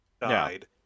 died